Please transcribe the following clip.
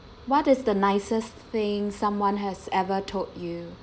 what is the nicest thing someone has ever told you